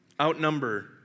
outnumber